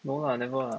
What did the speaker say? no lah never